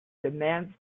demands